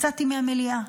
יצאתי מהמליאה.